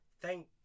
Thank